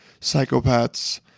psychopaths